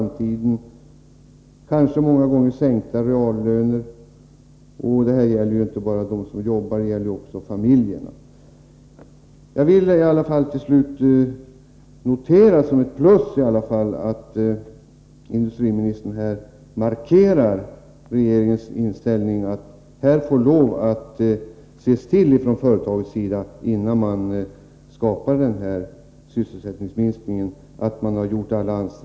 De känner oro inför framtiden. I många fall handlar det om sänkta reallöner. Det är inte bara de anställda som drabbas utan också deras familjer. Slutligen: Jag noterar som ett plus att industriministern markerar regeringens inställning, nämligen att man från företagets sida får lov att göra alla ansträngningar i syfte att skapa ny sysselsättning som kompensation för den som faller bort.